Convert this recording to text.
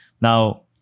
Now